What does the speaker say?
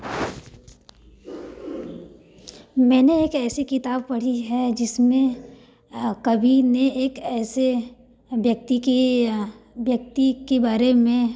मैंने एक ऐसी किताब पढ़ी है जिसमें कवि ने एक ऐसे व्यक्ति की व्यक्ति की बारे में